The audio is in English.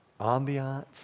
ambiance